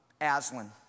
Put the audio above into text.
Aslan